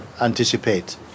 anticipate